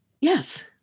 yes